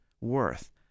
worth